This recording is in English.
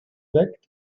back